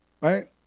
Right